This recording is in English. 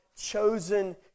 chosen